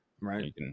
Right